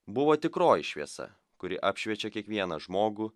buvo tikroji šviesa kuri apšviečia kiekvieną žmogų